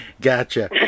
Gotcha